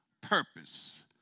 purpose